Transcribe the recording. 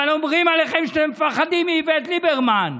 אבל אומרים עליכם שאתם מפחדים מאיווט ליברמן.